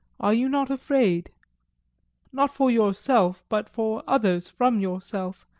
are you not afraid not for yourself, but for others from yourself,